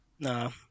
No